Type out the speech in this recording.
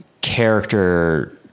character